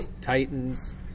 Titans